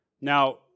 Now